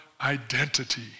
identity